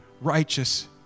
righteous